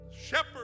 Shepherd